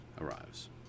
arrives